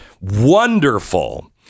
wonderful